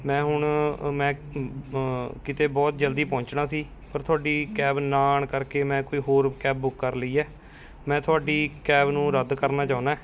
ਮੈਂ ਹੁਣ ਮੈਂ ਕਿਤੇ ਬਹੁਤ ਜਲਦੀ ਪਹੁੰਚਣਾ ਸੀ ਪਰ ਤੁਹਾਡੀ ਕੈਬ ਨਾ ਆਉਣ ਕਰਕੇ ਮੈਂ ਕੋਈ ਹੋਰ ਕੈਬ ਬੁੱਕ ਕਰ ਲਈ ਹੈ ਮੈਂ ਤੁਹਾਡੀ ਕੈਬ ਨੂੰ ਰੱਦ ਕਰਨਾ ਚਾਹੁੰਦਾ